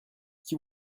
qui